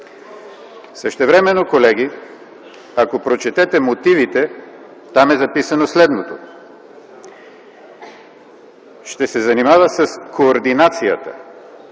същевременно прочетете мотивите, там е записано следното: „Ще се занимава с координацията